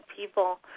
people